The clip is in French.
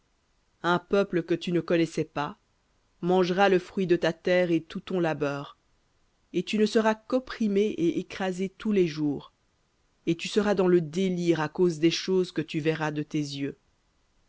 un peuple que tu ne connaissais pas mangera le fruit de ta terre et tout ton labeur et tu ne seras qu'opprimé et écrasé tous les jours et tu seras dans le délire à cause des choses que tu verras de tes yeux